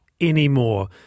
anymore